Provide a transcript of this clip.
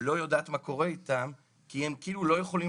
לא יודעת מה קורה איתם כי הם כאילו לא יכולים